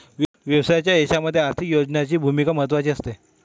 व्यवसायाच्या यशामध्ये आर्थिक नियोजनाची भूमिका महत्त्वाची असते